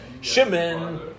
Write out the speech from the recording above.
Shimon